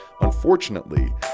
Unfortunately